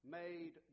made